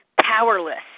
Powerless